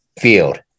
field